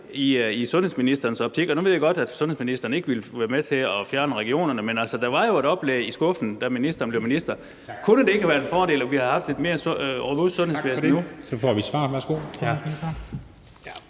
i sundhedsministerens optik – nu ved jeg godt, at sundhedsministeren ikke ville være med til at fjerne regionerne, men, altså, der var jo et oplæg i skuffen, da ministeren blev minister – været en fordel i forhold til det sundhedsvæsen, vi har nu? Kl.